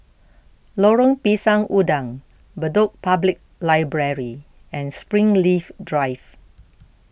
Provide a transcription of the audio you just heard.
Lorong Pisang Udang Bedok Public Library and Springleaf Drive